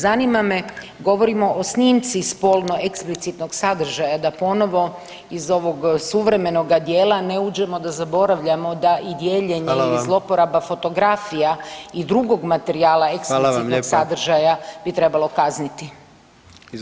Zanima me, govorimo o snimci spolno eksplicitnog sadržaja, da ponovo iz ovoga suvremenoga dijela ne uđemo, da zaboravljamo da i dijeljenje i zlouporaba [[Upadica: Hvala vam.]] fotografija i drugog materijala eksplicitnog sadržaja [[Upadica: Hvala vam lijepa.]] bi trebao kazniti?